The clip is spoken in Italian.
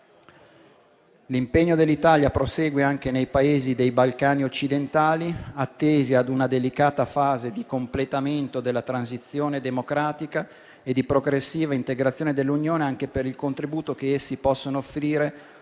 L'impegno dell'Italia prosegue anche nei Paesi dei Balcani occidentali, attesi a una delicata fase di completamento della transizione democratica e di progressiva integrazione nell'Unione, anche per il contributo che essi possono offrire